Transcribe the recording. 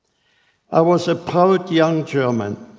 i was a proud young german.